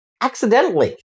accidentally